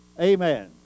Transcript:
Amen